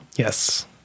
Yes